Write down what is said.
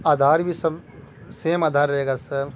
آدھار بھی سب سیم آدھار رہے گا سر